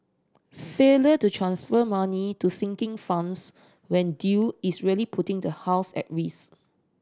failure to transfer money to sinking funds when due is really putting the house at risk